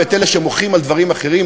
ולאלה שמוחים על דברים אחרים,